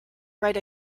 write